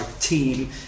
team